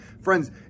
Friends